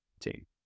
team